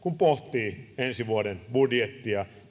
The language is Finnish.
pohtivat ensi vuoden budjettia